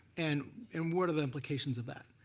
and and what are the implications of that?